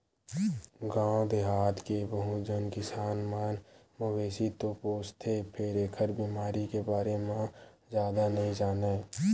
गाँव देहाथ के बहुत झन किसान मन मवेशी तो पोसथे फेर एखर बेमारी के बारे म जादा नइ जानय